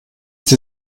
sie